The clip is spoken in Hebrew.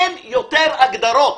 אין יותר הגדרות.